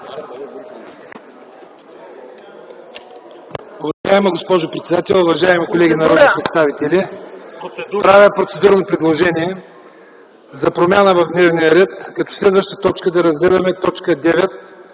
Уважаема госпожо председател, уважаеми колеги народни представители! Правя процедурно предложение за промяна в дневния ред като следваща точка да разгледаме точка